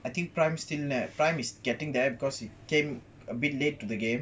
I think prime still prime is getting there because he came a bit late to the game